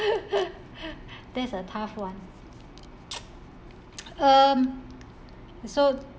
that's a tough one um so